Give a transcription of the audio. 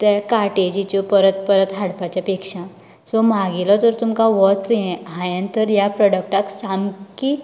त्या कार्टेजीच्यो परत परत हाडपाचें पेक्षा सो म्हागेलो जर तुमका होच यें हांयेन तर ह्या प्रोडक्टाक सामकी